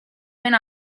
went